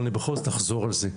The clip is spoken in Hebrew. אבל אני בכל זאת אחזור על זה.